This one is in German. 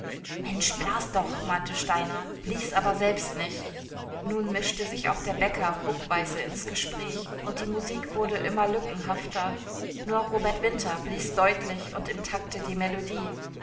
mensch blas doch mahnte steiner blies aber selbst nicht nun mischte sich auch der bäcker ruckweise ins gespräch und die musik wurde immer lückenhafter nur robert winter blies deutlich und im takte die melodie